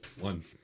One